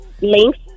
links